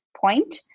point